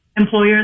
Employers